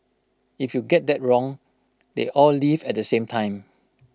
if you get that wrong they all leave at the same time